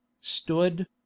stood